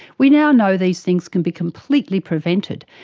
we now know these things can be completely prevented,